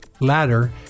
Ladder